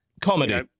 comedy